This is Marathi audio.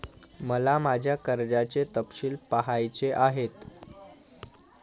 मला माझ्या कर्जाचे तपशील पहायचे आहेत